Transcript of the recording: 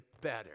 better